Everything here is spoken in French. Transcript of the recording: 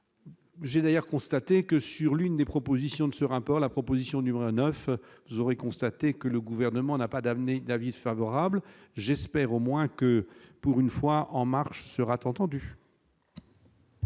j'ai d'ailleurs constaté que sur l'une des propositions de ce rapport, la proposition numéro 9 vous aurez constaté que le gouvernement n'a pas d'amener d'avis favorable, j'espère au moins que pour une fois en marche se rate entendu.